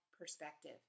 perspective